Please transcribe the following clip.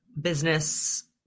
business